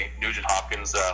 Nugent-Hopkins